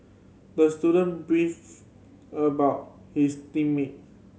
the student beefed about his team mate